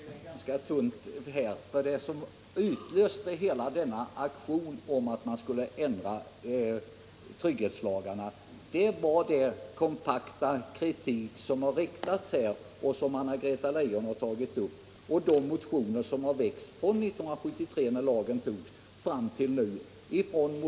Herr talman! Jag tycker att det var ett ganska tunt svar. Det som utlöst hela denna aktion mot trygghetslagarna är den kompakta kritik som har riktats mot lagstiftningen och som också Anna-Greta Leijon här tagit upp. Vidare finns i bakgrunden de moderatmotioner som väckts alltsedan 1973, då lagen antogs.